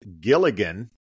Gilligan